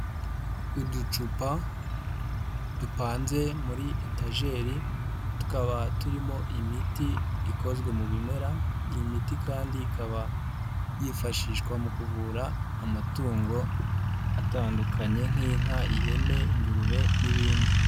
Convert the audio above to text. Uducupa dupanze muri etageri tukaba turimo imiti ikozwe mu bimera, iyi miti kandi ikaba yifashishwa mu kuvura amatungo atandukanye nk'inka, ihene, ingurube n'ibindi.